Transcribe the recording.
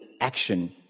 action